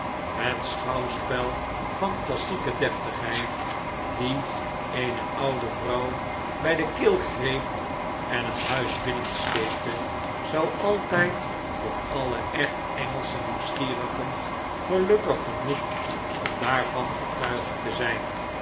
het schouwspel van klassieke deftigheid die eene oude vrouw bij de keel greep en een huis binnensleepte zou altijd voor alle echt engelsche nieuwsgierigen gelukkig genoeg om daarvan getuigen te zijn